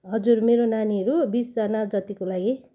हजुर मेरो नानीहरू बिसजना जतिको लागि